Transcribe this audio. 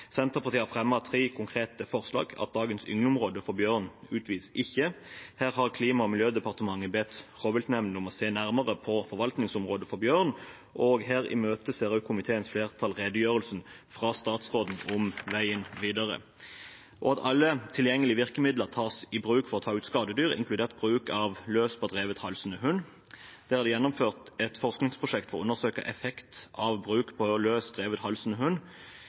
Senterpartiet har fremmet tre konkrete forslag. Det første har vi sammen med Arbeiderpartiet, og det går ut på at dagens yngleområde for bjørn ikke utvides. Klima- og miljødepartementet har i den forbindelse bedt rovviltnemndene om å se nærmere på forvaltningsområdet for bjørn. Komiteens flertall imøteser redegjørelsen fra statsråden om veien videre. Forslag nr. 2, fra Senterpartiet, er at alle tilgjengelige virkemidler tas i bruk for å ta ut skadedyr, inkludert bruk av løs, på drevet halsende hund. Det er gjennomført et forskningsprosjekt for å undersøke effekten av bruk av løs,